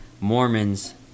Mormons